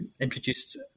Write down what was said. introduced